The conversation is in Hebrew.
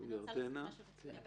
ירדנה, בבקשה.